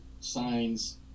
signs